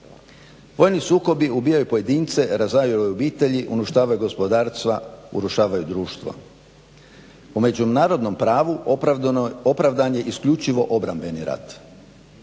Vojni sukobi ubijaju pojedince, razaraju obitelji, uništavaju gospodarstva, urušavaju društvo. U međunarodnom pravu opravdan je isključivo obrambeni rad.